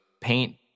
paint